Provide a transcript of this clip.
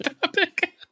topic